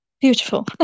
beautiful